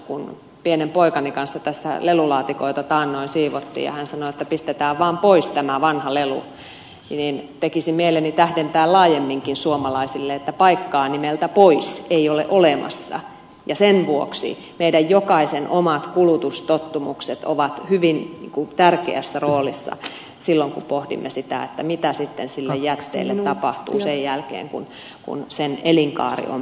kun pienen poikani kanssa tässä lelulaatikoita taannoin siivottiin ja hän sanoi että pistetään vaan pois tämä vanha lelu niin tekisi mieleni tähdentää laajemminkin suomalaisille että paikkaa nimeltä pois ei ole olemassa ja sen vuoksi meidän jokaisen omat kulutustottumukset ovat hyvin tärkeässä roolissa silloin kun pohdimme sitä mitä sitten sille jätteelle tapahtuu sen jälkeen kun sen elinkaari on päätöksessään